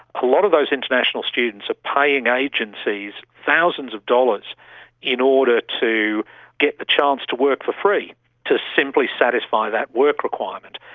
a lot of those international students are paying agencies thousands of dollars in order to get the chance to work for free to simply satisfy that work requirement.